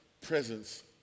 presence